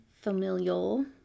familial